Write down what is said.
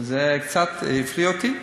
זה קצת הפליא אותי,